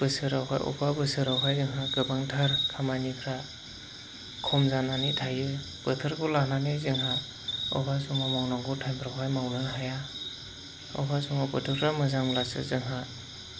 बोसोराव अबेबा बोसोराव जोंहा गोबांथार खामानिफ्रा खम जानानै थायो बोथोरखौ लानानै जोंहा अबेबा समाव मावनांगौ टाइमफ्राव मावनो हाया अबेबा समाव बोथोरफ्रा मोजांब्लासो जोंहा